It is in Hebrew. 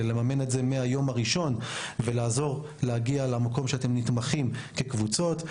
אלא לממן את זה מהיום הראשון ולעזור להגיע למקום שאתם נתמכים כקבוצות,